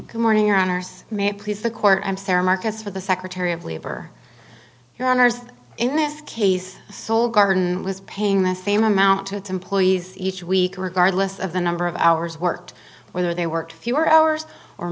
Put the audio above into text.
good morning your honor may it please the court i'm sorry markets for the secretary of labor your honour's in this case sold garden was paying the same amount to its employees each week regardless of the number of hours worked whether they work fewer hours or